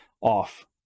off